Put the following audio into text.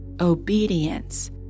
obedience